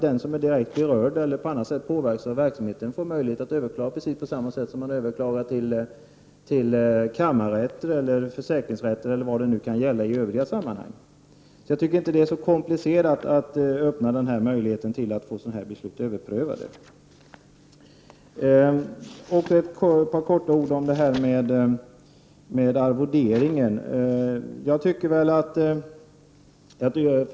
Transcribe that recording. Den som är direkt berörd eller påverkas av en verksamhet får möjlighet att överklaga, på samma sätt som man överklagar till bl.a. kammarrätter och försäkringsrätter. Det är inte så komplicerat att införa möjligheten att överpröva sådana här beslut. Jag vill också säga några ord om arvoderingen.